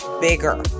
bigger